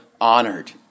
honored